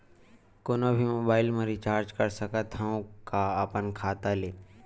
कोनो भी मोबाइल मा रिचार्ज कर सकथव का अपन खाता ले?